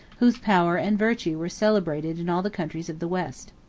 whose power and virtue were celebrated in all the countries of the west.